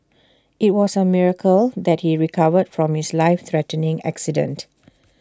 IT was A miracle that he recovered from his life threatening accident